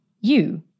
You